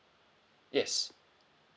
yes